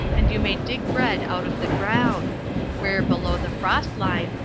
and you may dig bread out of the ground where, below the frost-line,